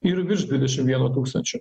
ir virš dvidešimt vieno tūkstančio